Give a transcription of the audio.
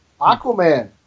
Aquaman